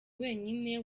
wenyine